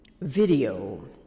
Video